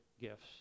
gifts